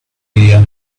area